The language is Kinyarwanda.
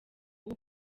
ubu